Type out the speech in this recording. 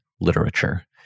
literature